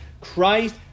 Christ